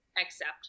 accept